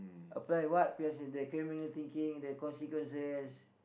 apply what the criminal thinking the consequences